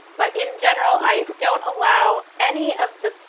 but in general, i don't allow any of the,